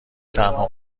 تنها